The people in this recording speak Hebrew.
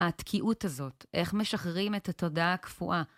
התקיעות הזאת, איך משחררים את התודעה הקפואה?